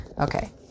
Okay